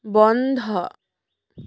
বন্ধ